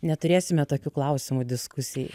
neturėsime tokių klausimų diskusijai